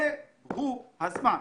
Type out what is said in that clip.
זהו הזמן.